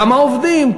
כמה עובדים,